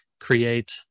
create